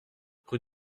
rue